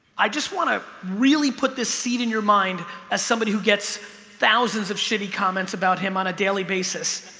i just want to really put this seed in your mind as somebody who gets thousands of shitty comments about him on a daily basis